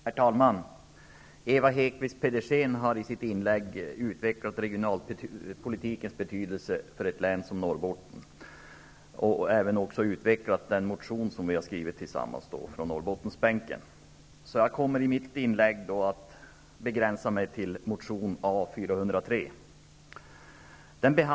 Herr talman! Ewa Hedkvist Petersen har i sitt inlägg utvecklat regionalpolitikens betydelse för ett län som Norrbotten och även utvecklat den motion som vi på Norrbottensbänken har skrivit tillsammans. Jag kommer därför i mitt inlägg att begränsa mig till motion A403.